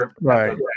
Right